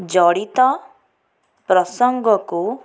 ଜଡ଼ିତ ପ୍ରସଙ୍ଗକୁ